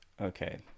Okay